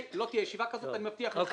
לא תהיה ישיבה כזאת, אני מבטיח לך.